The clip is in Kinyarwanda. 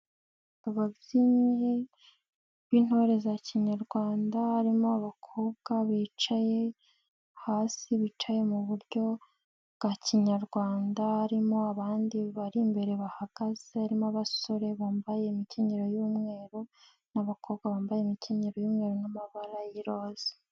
Ababyinnyi b'intore za kinyarwanda harimo abakobwa bicaye hasi bicaye mu buryo bwa Kinyarwanda, harimo abandi bari imbere bahagaze harimo abasore bambaye imikenyero y'umweru n'abakobwa bambaye imikenyero y'umweru n'amabara y'iroze.